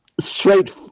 straight